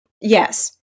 Yes